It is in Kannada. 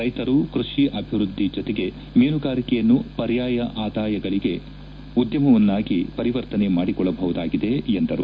ರೈತರು ಕೃಷಿ ಅಭಿವೃದ್ಧಿ ಜತೆಗೆ ಮೀನುಗಾರಿಕೆಯನ್ನು ಪರ್ಯಾಯ ಆದಾಯಗಳಗೆ ಉದ್ಯಮವನ್ನಾಗಿ ಪರಿವರ್ತನೆ ಮಾಡಿಕೊಳ್ಳಬಹುದಾಗಿದೆ ಎಂದರು